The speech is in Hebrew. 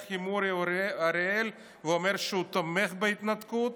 עם אורי אריאל ואומר שהוא תומך בהתנתקות.